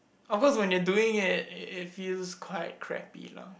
of course when they are doing it it is feel quite crappy lah